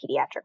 pediatric